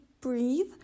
breathe